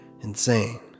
insane